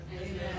Amen